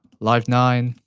live nine.